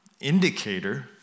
indicator